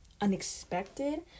unexpected